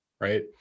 right